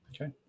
Okay